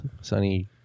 sunny